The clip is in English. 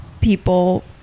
people